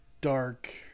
dark